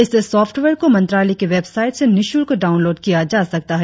इस सॉप्टवेयर को मंत्रालय की वेबसाइट से निशुल्क डाउनलोड किया जा सकता है